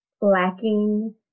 lacking